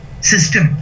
system